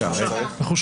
הצבעה מס'